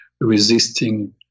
resisting